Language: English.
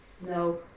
No